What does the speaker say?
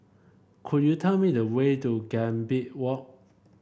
could you tell me the way to Gambir Walk